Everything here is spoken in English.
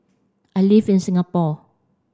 I live in Singapore